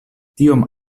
tiom